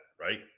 right